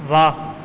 واہ